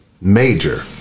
major